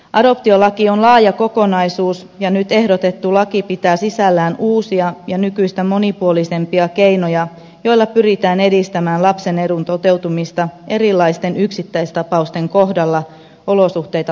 adoptiolaki on laaja kokonaisuus ja nyt ehdotettu laki pitää sisällään uusia ja nykyistä monipuolisempia keinoja joilla pyritään edistämään lapsen edun toteutumista erilaisten yksittäistapausten kohdalla olosuhteita vastaavalla tavalla